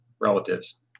Relatives